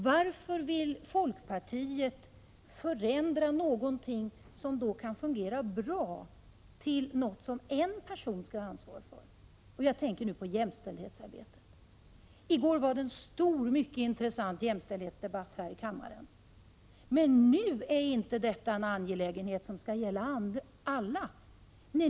Varför vill folkpartiet förändra någonting som kan fungera bra till något som en person skall ha ansvar för? Jag tänker nu på jämställdhetsarbetet. I går fördes en stor, mycket intressant jämställdhetsdebatt här i kammaren. Men nu är inte detta en angelägenhet för alla.